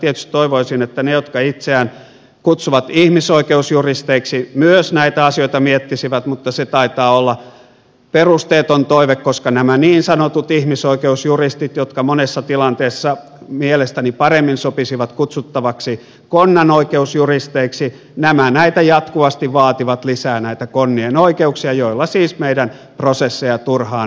tietysti toivoisin että ne jotka itseään kutsuvat ihmisoikeusjuristeiksi myös näitä asioita miettisivät mutta se taitaa olla perusteeton toive koska nämä niin sanotut ihmisoikeusjuristit jotka monessa tilanteessa mielestäni paremmin sopisivat kutsuttavaksi konnanoikeusjuristeiksi jatkuvasti vaativat lisää näitä konnien oikeuksia joilla siis meidän prosesseja turhaan raskautetaan